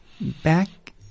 back